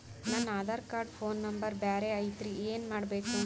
ನನ Aadhaar card phone number ಬ್ಯಾರೆ ಐತ್ರಿ ಏನ ಮಾಡಬೇಕು?